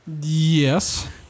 Yes